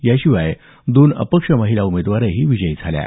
याशिवाय दोन अपक्ष महिला उमेदवारही विजयी झाल्या आहेत